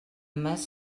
més